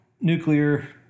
nuclear